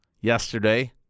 yesterday